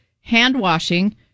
hand-washing